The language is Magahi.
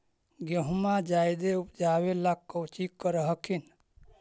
गेहुमा जायदे उपजाबे ला कौची कर हखिन?